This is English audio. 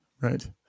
Right